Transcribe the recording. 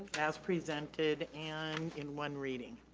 as presented and in one reading.